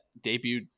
debuted